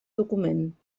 document